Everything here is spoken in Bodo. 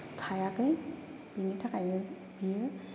थायाखै बिनि थाखायनो बियो